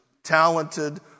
Talented